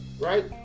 Right